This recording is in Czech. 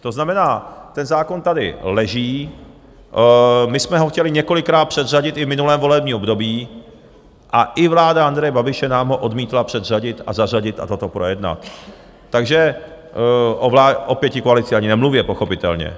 To znamená, ten zákon tady leží, my jsme ho chtěli několikrát předřadit i v minulém volebním období, a i vláda Andreje Babiše nám ho odmítla předřadit a zařadit a toto projednat, takže o pětikoalici ani nemluvě, pochopitelně.